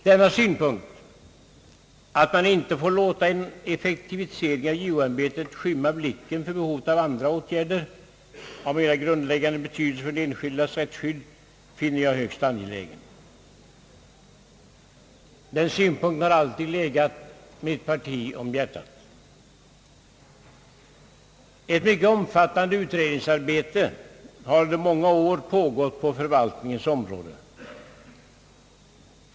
Denna synpunkt, att man inte får låta en effektivisering av JO-arbetet skymma blicken för behovet av andra åtgärder av mera grundläggande betydelse för den enskildes rättsskydd, finner jag högst angelägen. Den synpunkten har alltid legat mitt partis företrädare varmt om hjärtat. Ett mycket omfattande utredningsarbete har under många år pågått på förvaltningens område.